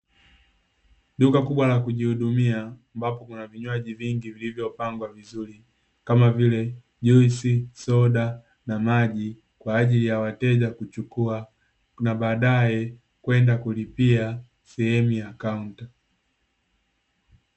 Duka kubwa la kujihudumia ambapo kuna vinywaji vingi vilivyopangwa vizuri, kama vile; juisi, soda na maji, kwa ajili ya wateja kuchukua na baadaye kwenda kulipia sehemu ya kaunta.